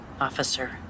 Officer